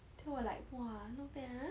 then 我 like !wah! not bad ah